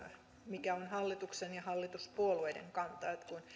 mikä on hallituksen ja hallituspuolueiden kanta kun